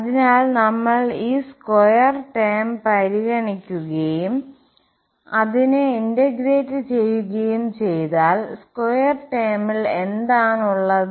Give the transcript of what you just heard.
അതിനാൽ നമ്മൾ ഈ സ്ക്വയർ ടേം പരിഗണിക്കുകയും അതിനെ ഇന്റഗ്രേറ്റ് ചെയ്യുകയും ചെയ്താൽ സ്ക്വയർ ടേമിൽ എന്താണ് ഉള്ളത്